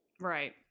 Right